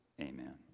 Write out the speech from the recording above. amen